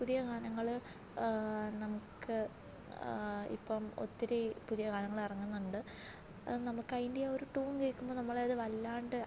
പുതിയ ഗാനങ്ങൾ നമുക്ക് ഇപ്പോം ഒത്തിരി പുതിയ ഗാനങ്ങൾ ഇറങ്ങുന്നുണ്ട് അത് നമുക്കതിൻ്റെ ആ ഒരു ടൂൺ കേൾക്കുമ്പോൾ നമ്മളെ അത് വല്ലാണ്ട്